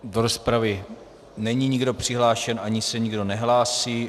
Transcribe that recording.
Do rozpravy není nikdo přihlášen ani se nikdo nehlásí.